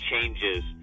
changes